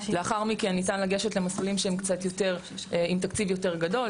לאחר מכן ניתן לגשת למסלולים שהם עם תקציב יותר גדול.